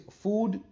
food